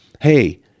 hey